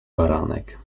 baranek